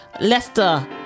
Leicester